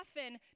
often